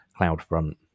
CloudFront